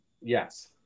Yes